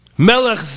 Melech